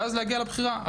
ואז להגיע לבחירה.